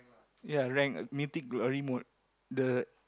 ya rank Mythic-Glory mode the